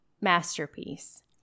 masterpiece